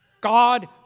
God